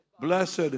blessed